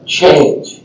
change